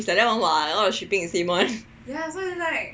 is like that [one] [what] all the shipping the same [one]